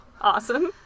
Awesome